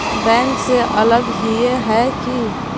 Bank से अलग हिये है की?